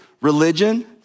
religion